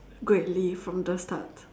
greatly from the start